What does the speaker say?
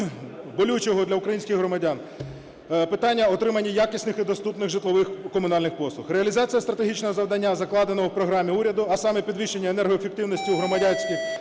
болючого для українських громадян питання отримання якісних і доступних житлових комунальних послуг. Реалізація стратегічного завдання, закладеного в Програмі уряду, а саме: підвищення енергоефективності у громадянських